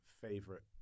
favorite